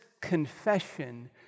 confession